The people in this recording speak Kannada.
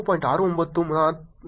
69 ಮತ್ತು ಸರಾಸರಿ 13